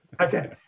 okay